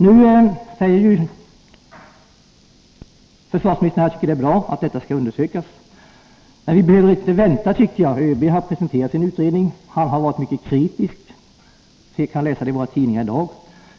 Nu säger försvarsministern att dessa händelser skall undersökas, och det tycker jag är bra. Men vi behöver inte vänta. ÖB har presenterat sin utredning, i vilken han har varit mycket kritisk. Det kan vi läsa i tidningarna i dag.